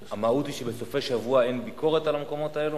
המהות היא שבסופי שבוע אין ביקורת על המקומות האלו?